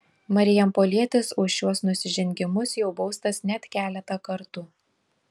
marijampolietis už šiuos nusižengimus jau baustas net keletą kartų